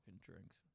drinks